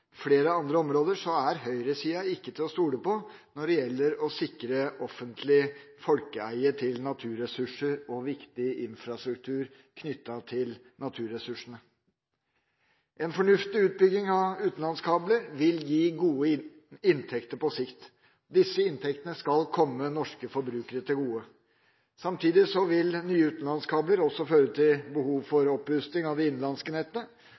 når det gjelder å sikre offentlig folkeeie til naturressurser og viktig infrastruktur knyttet til naturresursene. En fornuftig utbygging av utenlandskabler vil gi gode inntekter på sikt. Disse inntektene skal komme norske forbrukere til gode. Samtidig vil nye utenlandskabler også føre til behov for opprusting av det innenlandske nettet.